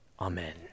Amen